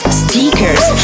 stickers